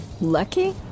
Lucky